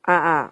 ah ah